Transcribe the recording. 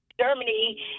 Germany